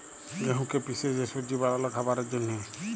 গেঁহুকে পিসে যে সুজি বালাল খাবারের জ্যনহে